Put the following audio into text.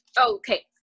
Okay